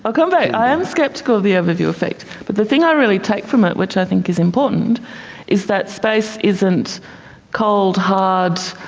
ah kind of i am sceptical of the overview effect, but the thing i really take from it which i think is important is that space isn't cold, hard,